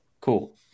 Cool